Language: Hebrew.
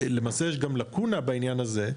יש גם לקונה בעניין הזה,